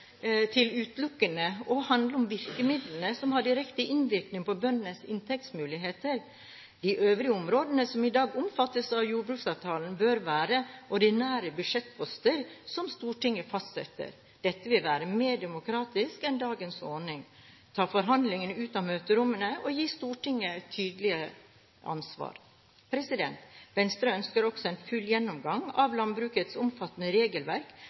til utelukkende å handle om virkemidlene som har direkte innvirkning på bøndenes inntektsmuligheter. De øvrige områdene som i dag omfattes av jordbruksavtalen, bør være ordinære budsjettposter som Stortinget fastsetter. Dette vil være mer demokratisk enn dagens ordning, det vil ta forhandlingene ut av møterommene og gi Stortinget et tydeligere ansvar. Venstre ønsker også en full gjennomgang av landbrukets omfattende regelverk,